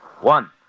One